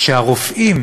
שהרופאים